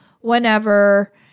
whenever